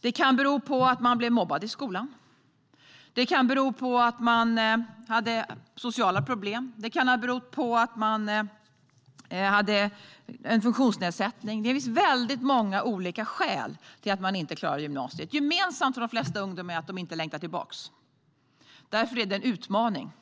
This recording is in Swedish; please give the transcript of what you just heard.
Det kan bero på att man blev mobbad i skolan, att man hade sociala problem och att man hade en funktionsnedsättning. Det finns väldigt många olika skäl till att man inte klarade gymnasiet. Gemensamt för de flesta av dessa ungdomar är att de inte längtar tillbaka till skolan. Därför är det en utmaning